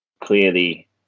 clearly